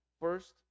First